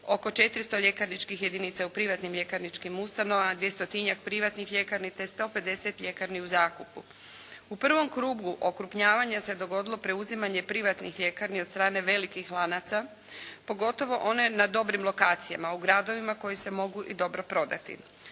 oko 400 ljekarničkih jedinica je u privatnim ljekarničkim ustanovama, 200.-tinjak privatnih ljekarni te 150 ljekarni u zakupu. U prvom krugu okrupnjavanja se dogodilo preuzimanje privatnih ljekarni od strane velikih lanaca, pogotovo oni na dobrim lokacijama u gradovima koji se mogu i dobro prodati.